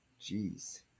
Jeez